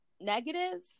Negative